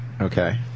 Okay